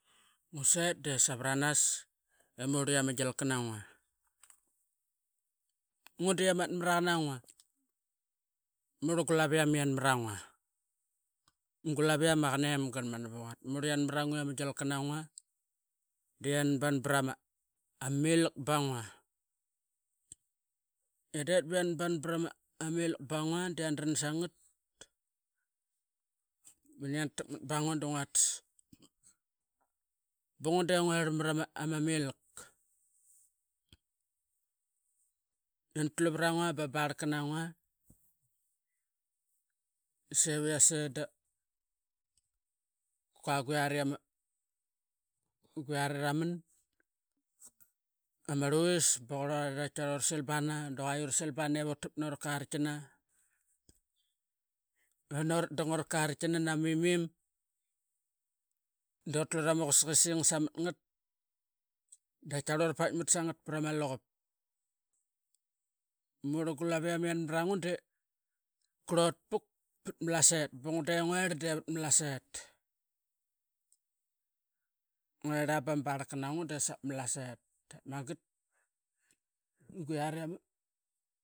Ngu set di savaranas i murl ama gialka na ngua. Ngua di amat maraqa na ngua i murl gulaviam i yanmarangua, gulaviam ma. Qanem qanma. Navuquat, murl i yanmarangua o yama gialka na ngua dianatban brama milk bangua. I yandet bianatban brama a milk bangua diandran sangat bianatakmat bangua du nguatas. Ba ngua di nguerl marama milk. Ianatlu vara ngua bama barka na ngua, seviase da qua guari ama rluvis taman ba qurlorada qaitaqarl uralsilbana daqua uralsilbana ivura takmat nora kartkina. Nan uratdang ura kartkina nama mimim doratlu rama qusaqisang samat ngat d qataqarl ura paitmat sangat prama luqup. Murl gu laviam i an marangua de qurlot puk pat ma. Malasaet ba ngua de nguerl devat ma Malasaet. Nguerl a ba ma barlka nangua de savat ma Malasaet dep mangat, guari ama.